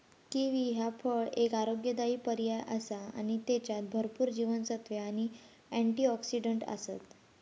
kiwi ह्या फळ एक आरोग्यदायी पर्याय आसा आणि त्येच्यात भरपूर जीवनसत्त्वे आणि अँटिऑक्सिडंट आसत